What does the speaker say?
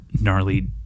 gnarly